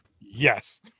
yes